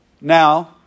Now